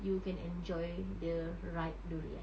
you can enjoy the ripe durian